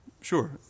Sure